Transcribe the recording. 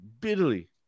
Bitterly